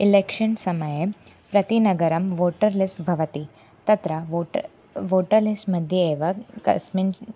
election समये प्रतिनगरं voter list भवति तत्र वोट वोटर् लिस्ट्मध्ये एव कस्मिन्